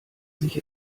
sich